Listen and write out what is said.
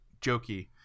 jokey